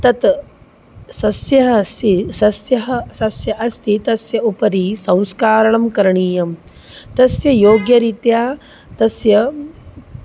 तत् सस्यम् अस्ति सस्यं सस्यम् अस्ति तस्य उपरि संस्करणं करणीयं तस्य योग्यरीत्या तस्य